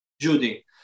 judy